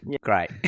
Great